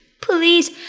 Please